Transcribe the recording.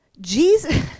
Jesus